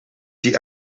die